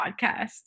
podcast